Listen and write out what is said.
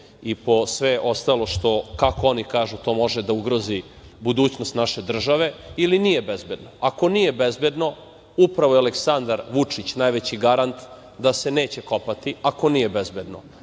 i po sve ostalo što, kako oni kažu, može da ugrozi budućnost naše države ili nije bezbedno. Ako nije bezbedno, upravo je Aleksandar Vučić najveći garant da se neće kopati ako nije bezbedno.